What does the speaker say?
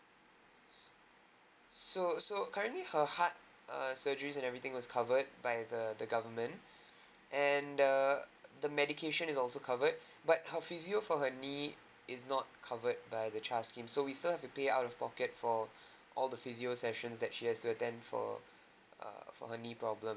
so so currently her heart err surgeries and everything was covered by the the government and the the medication is also covered but her physio for her knee it's not covered by the char scheme so we still have to pay out of pocket for all the physio sessions that she has attend for err for her knee problem